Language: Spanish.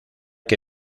que